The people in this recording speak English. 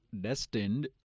destined